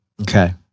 Okay